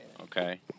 Okay